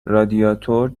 رادیاتور